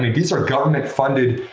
these are government funded,